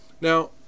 now